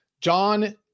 John